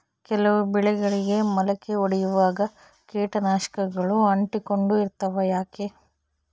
ಕೆಲವು ಬೆಳೆಗಳಿಗೆ ಮೊಳಕೆ ಒಡಿಯುವಾಗ ಕೇಟನಾಶಕಗಳು ಅಂಟಿಕೊಂಡು ಇರ್ತವ ಯಾಕೆ?